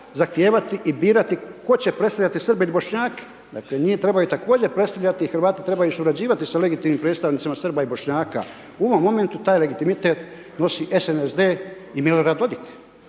zahtijevati i birati tko će predstaviti Srbe i Bošnjake, dakle, njih trebaju također predstavljati i Hrvati trebaju surađivati sa legitimnim predstavnicima Srba i Bošnjaka u ovom momentu taj legitimitet nosi SND i Milorad Dodik.